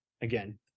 again